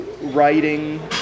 writing